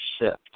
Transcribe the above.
shift